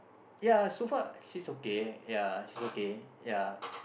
ya so far she's okay ya she's okay ya